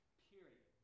period